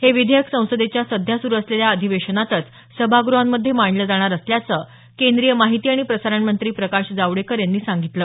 हे विधेयक संसदेच्या संध्या सुरू असलेल्या अधिवेशनातच सभाग्रहांमध्ये मांडलं जाणार असल्याचं केंद्रीय माहिती आणि प्रसारण मंत्री प्रकाश जावडेकर यांनी सांगितलं